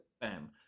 bam